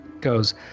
goes